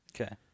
Okay